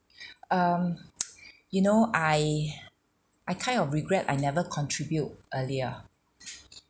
um you know I I kind of regret I never contribute earlier